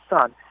son